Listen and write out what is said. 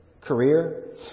Career